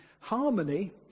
Harmony